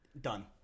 Done